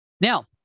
Now